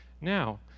now